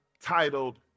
titled